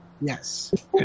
Yes